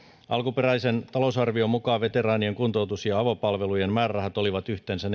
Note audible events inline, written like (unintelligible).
alkuperäisen talousarvion mukaan veteraanien kuntoutus ja avopalvelujen määrärahat olivat yhteensä (unintelligible)